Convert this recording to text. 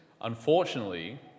Unfortunately